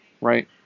right